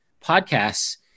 podcasts